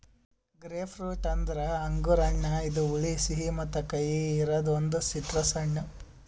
grapefruit ಅಂದುರ್ ಅಂಗುರ್ ಹಣ್ಣ ಇದು ಹುಳಿ, ಸಿಹಿ ಮತ್ತ ಕಹಿ ಇರದ್ ಒಂದು ಸಿಟ್ರಸ್ ಹಣ್ಣು